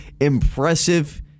impressive